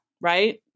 right